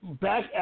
back